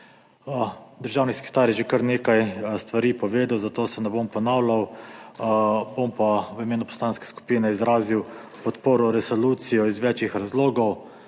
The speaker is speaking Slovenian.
Državni sekretar je že kar nekaj stvari povedal, zato se ne bom ponavljal, bom pa v imenu poslanske skupine izrazil podporo resolucijo iz več razlogov.